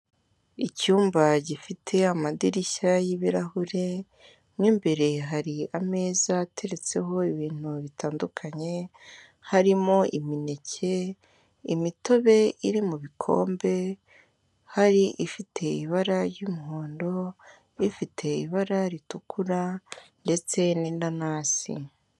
Icyumba gifite amadirishya y'ibirahure mu imbere hari ameza ateretseho ibintu bitandukanye harimo imineke, imitobe iri mu bikombe hari ifite ibara ry'umuhondo, ifite ibara ritukura ndetse n'inanasi.